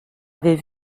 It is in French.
avait